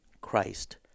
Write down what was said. Christ